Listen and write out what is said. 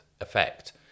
effect